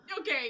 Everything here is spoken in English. okay